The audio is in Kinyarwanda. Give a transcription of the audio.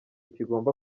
kigomba